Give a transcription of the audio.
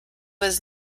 was